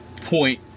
point